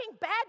bad